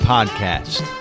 Podcast